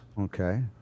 Okay